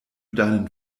deinen